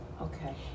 Okay